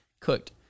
cooked